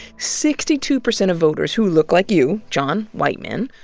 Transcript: sixty two percent of voters who look like you, john, white men,